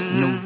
no